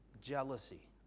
jealousy